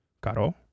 Caro